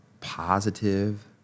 positive